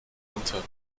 unter